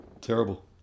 terrible